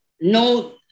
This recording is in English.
No